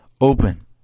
open